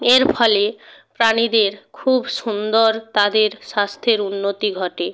এর ফলে প্রাণীদের খুব সুন্দর তাদের স্বাস্থ্যের উন্নতি ঘটে